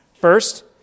First